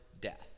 death